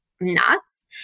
nuts